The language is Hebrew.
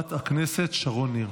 חברת הכנסת שרון ניר,